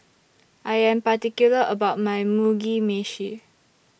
I Am particular about My Mugi Meshi